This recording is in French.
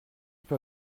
peux